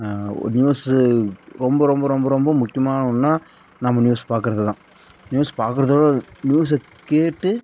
ஒரு நியூஸ்ஸு ரொம்ப ரொம்ப ரொம்ப ரொம்ப முக்கியமான ஒன்றுனா நம்ம நியூஸ் பார்க்கறது தான் நியூஸ் பார்க்குறதோட நியூஸை கேட்டு